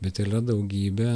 bet yra daugybė